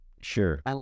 Sure